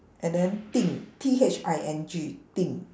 and then thing T H I N G thing